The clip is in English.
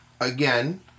again